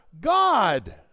God